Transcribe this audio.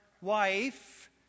wife